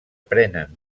prenen